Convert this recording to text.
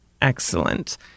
Excellent